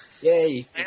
Yay